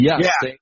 yes